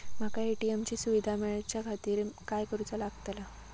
माका ए.टी.एम ची सुविधा मेलाच्याखातिर काय करूचा लागतला?